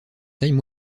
taille